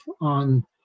on